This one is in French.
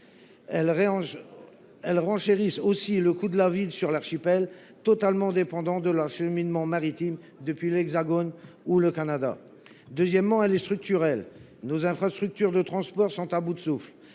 Ils renchérissent aussi le coût de la vie sur l’archipel, qui est totalement dépendant de l’acheminement maritime depuis l’Hexagone ou le Canada. Ensuite, elle est structurelle : nos infrastructures de transport sont à bout de souffle.